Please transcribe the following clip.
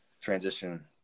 transition